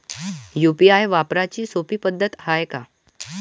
UPI वापराची सोपी पद्धत हाय का?